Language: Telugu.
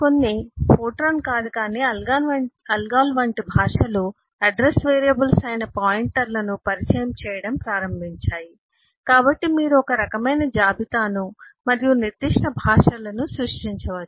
కొన్ని ఫోర్ట్రాన్ కాదు కాని ALGOL వంటి భాషలు అడ్రస్ వేరియబుల్స్ అయిన పాయింటర్లను పరిచయం చేయడం ప్రారంభించాయి కాబట్టి మీరు ఒక రకమైన జాబితాను మరియు నిర్దిష్ట భాషలను సృష్టించవచ్చు